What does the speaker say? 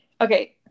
Okay